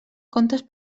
contes